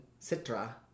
Citra